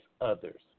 others